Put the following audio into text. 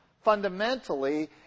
fundamentally